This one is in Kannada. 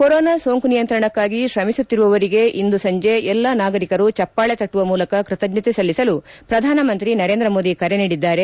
ಕೊರೊನಾ ಸೋಂಕು ನಿಯಂತ್ರಣಕ್ಕಾಗಿ ತ್ರಮಿಸುತ್ತಿರುವವರಿಗೆ ಇಂದು ಸಂಜೆ ಎಲ್ಲ ನಾಗರಿಕರು ಚಪ್ಪಾಳೆ ತಟ್ಟುವ ಮೂಲಕ ಕೃತಜ್ಞತೆ ಸಲ್ಲಿಸಲು ಪ್ರಧಾನಮಂತ್ರಿ ನರೇಂದ್ರ ಮೋದಿ ಕರೆ ನೀಡಿದ್ದಾರೆ